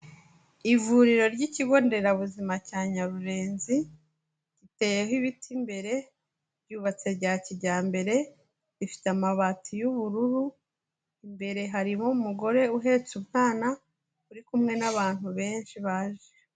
Ivuriro ry'ikigo nderabuzima cya Nyarurenzi, riteyeho ibiti imbere, ryubatse bya kijyambere, rifite amabati y'ubururu, imbere harimo umugore uhetse umwana uri kumwe n'abantu benshi baje.